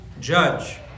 judge